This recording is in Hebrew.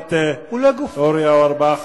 הכנסת אורי אורבך.